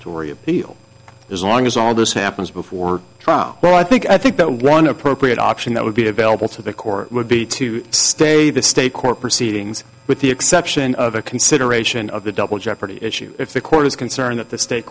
feel as long as all this happens before trial well i think i think that one appropriate option that would be available to the court would be to stay the state court proceedings with the exception of a consideration of the double jeopardy issue if the court is concerned that the state